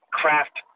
craft